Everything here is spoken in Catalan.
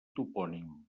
topònim